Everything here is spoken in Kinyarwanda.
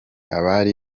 abari